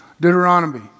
Deuteronomy